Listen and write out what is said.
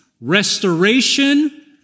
restoration